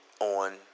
on